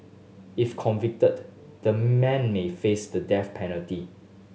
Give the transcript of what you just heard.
if convicted the men may face the death penalty